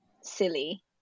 silly